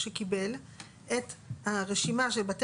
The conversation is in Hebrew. בבקשה.